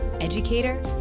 educator